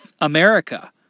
America